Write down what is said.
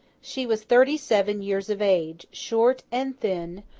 she was thirty-seven years of age, short and thin,